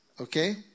Okay